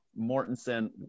Mortensen